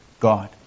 God